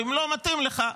ואם לא מתאים לך,